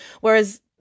Whereas